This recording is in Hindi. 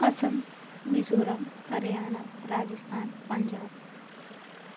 असम मिजोरम हरियाणा राजस्थान पंजाब